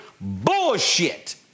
Bullshit